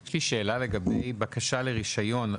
יש לי שאלה לגבי בקשה לרישיון.